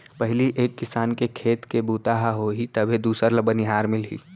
पहिली एक किसान के खेत के बूता ह होही तभे दूसर ल बनिहार मिलही